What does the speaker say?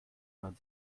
man